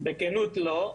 בכנות לא.